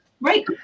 Right